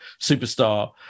superstar